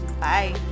Bye